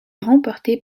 remporté